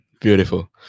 beautiful